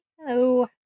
Hello